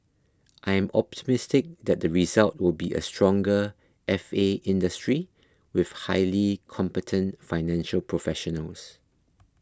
I am optimistic that the result will be a stronger F A industry with highly competent financial professionals